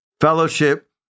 fellowship